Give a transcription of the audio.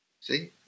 See